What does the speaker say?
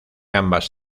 ambas